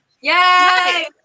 Yay